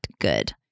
good